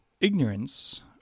Ignorance